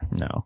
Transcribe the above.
No